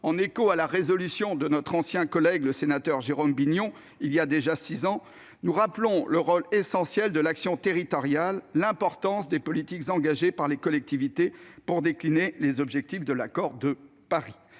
en écho à la résolution de notre ancien collègue Jérôme Bignon, adoptée voilà déjà six ans, nous rappelons le rôle essentiel de l'action territoriale, l'importance des politiques engagées par les collectivités pour décliner les objectifs de l'accord de Paris.